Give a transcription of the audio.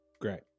great